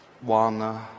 one